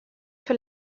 für